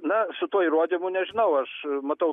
na su tuo įrodymu nežinau aš matau